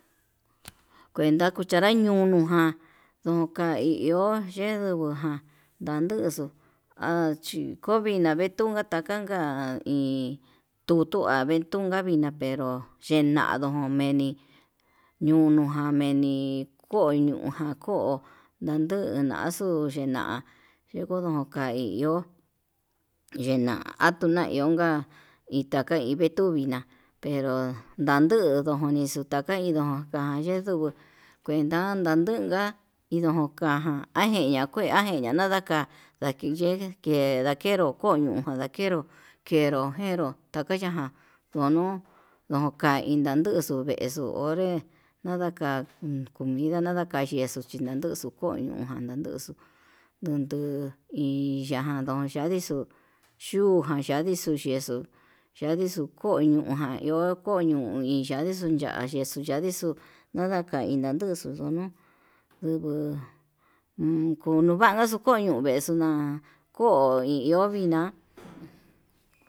Kuenta cuchara ñunuján, ndoka hi iho yendonján ndanduxo achi kovina'a vetuu unka ta'a tanka iin tutua avetunka vina'a pero, yenado ndomeni ñunuján meni ko'o ñuján ko'o nanduu ñaxuu yena'a chekondon ka'a hi iho yena'a atuna ihonka, itá vetuu iná endu ndandu ndojoni xuu taka hindoka'a yendu kuenta nanduka indoka najiña kue najiña nadaka, ndakiye kendakero ko'o ño'o ndakenro kenro njenro koyaján ndonuu ndokan indanuxu vexo'o onré, nadaka comida nadaka yexu chinayunxu koño kanda nanduxu nundu hi yaján yon yandii xu'u yuján yandixo yexo yandixo ko'o ñojan iho koño yandixo ya'a yexo yandixo nadaka ina nduxu ndono nduguu koñovaxu koñonguexo na'a, ko'o hi iho vin'a.